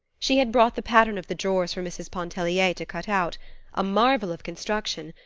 she had brought the pattern of the drawers for mrs. pontellier to cut out a marvel of construction,